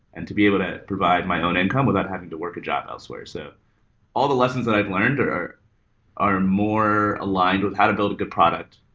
and to be able to provide my own income without having to work a job elsewhere. so all the lessons that i had learned are are more aligned with how to build a good product,